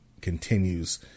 continues